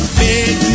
big